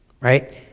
Right